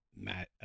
Matt